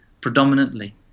predominantly